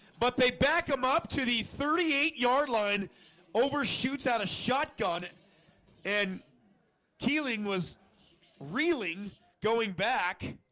but they back him up to the thirty eight yard line overshoots out a shotgun it and kealing was really going back